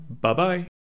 bye-bye